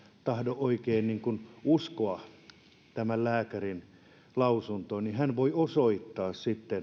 tahdo oikein uskoa lääkärin lausuntoa niin hän voi osoittaa